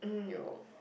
Europe